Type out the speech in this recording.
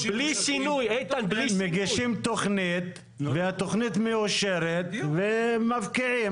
מגישים תוכנית והתוכנית מאושרת ומפקיעים.